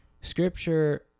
scripture